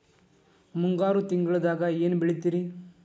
ಮುಂಗಾರು ತಿಂಗಳದಾಗ ಏನ್ ಬೆಳಿತಿರಿ?